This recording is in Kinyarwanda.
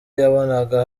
yabonaga